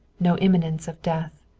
no imminence of death.